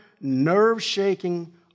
nerve-shaking